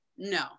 no